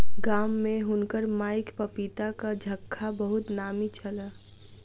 गाम में हुनकर माईक पपीताक झक्खा बहुत नामी छल